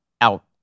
out